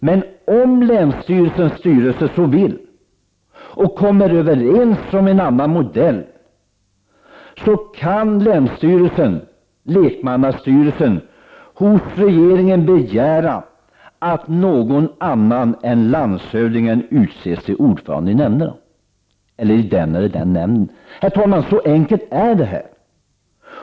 Men om länsstyrelsens lekmannastyrelse kommer överens om en annan modell, kan den hos regeringen begära att någon annan än landshövdingen utses till ordförande i den eller den nämnden. Herr talman! Så enkelt är det här.